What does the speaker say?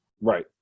Right